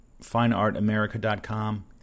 Fineartamerica.com